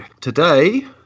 today